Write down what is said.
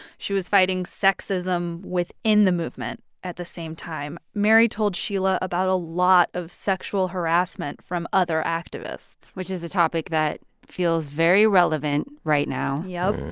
she was fighting sexism within the movement at the same time. mary told sheila about a lot of sexual harassment from other activists which is a topic that feels very relevant right now yup.